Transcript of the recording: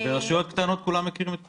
ברשויות קטנות כולם מכירים את כולם.